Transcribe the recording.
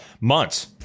months